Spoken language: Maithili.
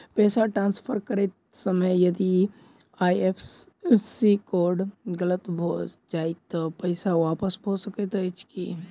पैसा ट्रान्सफर करैत समय यदि आई.एफ.एस.सी कोड गलत भऽ जाय तऽ पैसा वापस भऽ सकैत अछि की?